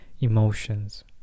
emotions